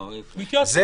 לא, לא.